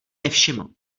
nevšiml